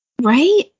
Right